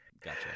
Gotcha